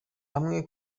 hamwe